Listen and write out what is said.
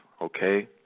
okay